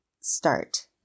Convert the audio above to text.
start